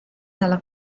dalla